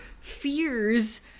fears